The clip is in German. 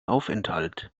aufenthalt